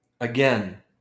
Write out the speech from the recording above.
Again